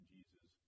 Jesus